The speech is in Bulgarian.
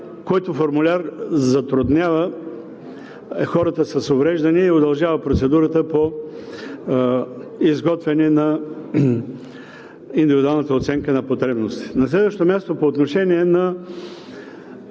който формуляр затруднява хората с увреждания и удължава процедурата по изготвяне на индивидуалната оценка на потребностите. На следващо място, по отношение на